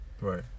Right